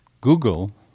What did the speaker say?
Google